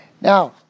Now